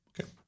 okay